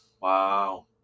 Wow